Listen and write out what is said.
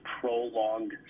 prolonged